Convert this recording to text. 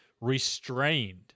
restrained